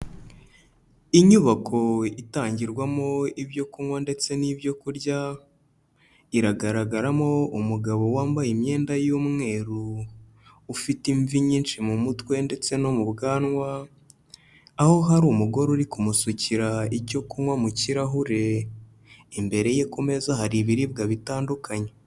Inyubako itangirwamo ibyo kunywa ndetse n'ibyo kurya, iragaragaramo umugabo wambaye imyenda y'umweru, ufite imvi nyinshi mu mutwe ndetse no mu bwanwa, aho hari umugore uri kumusukira icyo kunywa mu kirahure, imbere ye ku meza hari ibiribwa bitandukanye.